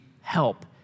help